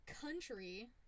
Country